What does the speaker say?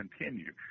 continue